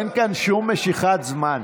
אין כאן שום משיכת זמן.